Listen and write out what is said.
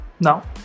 now